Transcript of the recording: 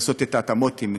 לעשות את ההתאמות עם קמיניץ,